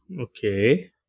Okay